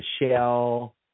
michelle